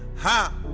huh